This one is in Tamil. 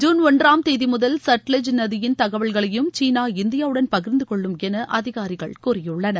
ஜுன் ஒன்றாம் தேதி முதல் சட்லச் நதியின் தகவல்களையும் சீனா இந்தியாவுடன் பகிர்ந்தகொள்ளும் என அதிகாரிகள் கூறியுள்ளனர்